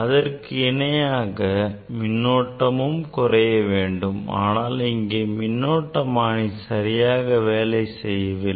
அதற்கு இணையாக மின்னோட்டமும் குறைய வேண்டும் ஆனால் இங்கே மின்னோட்டமானி சரியாக வேலை செய்யவில்லை